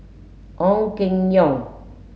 Ong Keng Yong